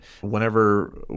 whenever